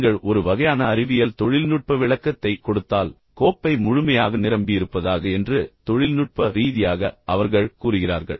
நீங்கள் ஒரு வகையான அறிவியல் தொழில்நுட்ப விளக்கத்தைக் கொடுத்தால் கோப்பை முழுமையாக நிரம்பியிருப்பதாக என்று தொழில்நுட்ப ரீதியாக அவர்கள் கூறுகிறார்கள்